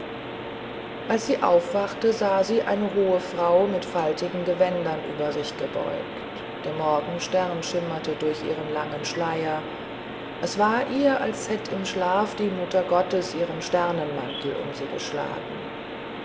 als sie aufwachte sah sie eine hohe frau in faltigen gewändern über sich gebeugt der morgenstern schimmerte durch ihren langen schleier es war ihr als hätt im schlaf die mutter gottes ihren sternenmantel um sie geschlagen